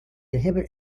inhibit